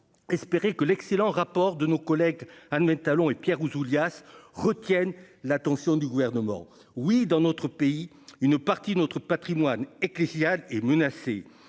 espérer que l'excellent rapport de nos collègues admettent talons et Pierre Ouzoulias retiennent l'attention du gouvernement oui dans notre pays une partie de notre Patrimoine est menacée,